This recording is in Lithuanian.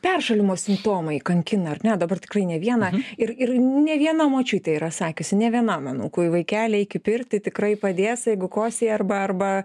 peršalimo simptomai kankina ar ne dabar tikrai ne vieną ir ir ne viena močiutė yra sakiusi ne vienam anūkui vaikeli eik į pirtį tikrai padės jeigu kosėji arba arba